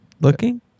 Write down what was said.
looking